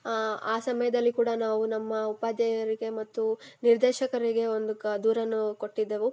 ಆ ಸಮಯದಲ್ಲಿ ಕೂಡ ನಾವು ನಮ್ಮ ಉಪಾಧ್ಯಾಯರಿಗೆ ಮತ್ತು ನಿರ್ದೇಶಕರಿಗೆ ಒಂದು ಕ ದೂರನ್ನು ಕೊಟ್ಟಿದ್ದೆವು